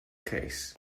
case